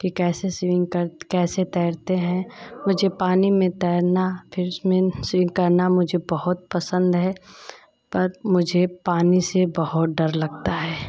कि कैसे स्विमिंग कर कैसे तैरते हैं मुझे पानी में तैरना फिर उसमें स्विम करना मुझे बहुत पसंद है पर मुझे पानी से बहुत डर लगता है